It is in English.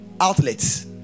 outlets